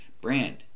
brand